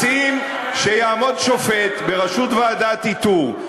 מציעים שיעמוד שופט בראשות ועדת איתור.